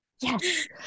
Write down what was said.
Yes